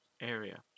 area